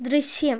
ദൃശ്യം